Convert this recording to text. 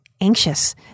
anxious